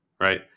right